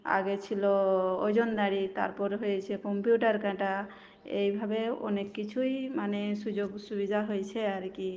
আগে ছিলো ওজন দাঁড়ি তারপর হয়েছে কম্পিউটার কাঁটা এইভাবেও অনেক কিছুই মানে সুযোগ সুবিধা হয়েছে আর কি